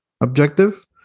objective